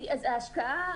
השקעה,